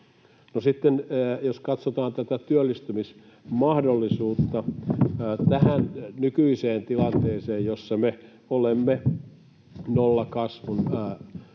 jos katsotaan tätä työllistymismahdollisuutta: Tässä nykyisessä tilanteessa, jossa me olemme nollakasvun